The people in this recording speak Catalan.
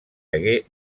hagué